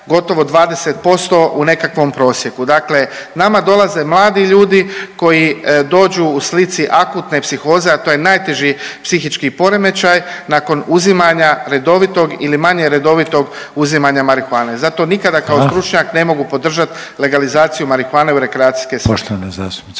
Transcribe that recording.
gotovo 20% u nekakvom prosjeku. Dakle nama dolaze mladi ljudi koji dođu u slici akutne psihoze, a to je najteži psihički poremećaj nakon uzimanja redovitog ili manje redovitog uzimanja marihuane. Zato nikada kao stručnjak…/Upadica Reiner: Hvala/…ne mogu podržat legalizaciju marihuane u rekreacijske svrhe. **Reiner,